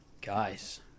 Guys